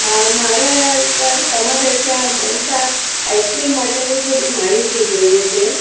હા મારે તમારે ત્યાં બનતા આઈસ ક્રીમ માટેની થોડી માહિતી જોઈએ છે